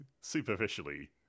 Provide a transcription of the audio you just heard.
superficially